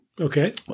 Okay